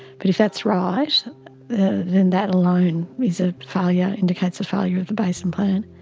but if that's right then that alone is a failure, indicates a failure of the basin plan.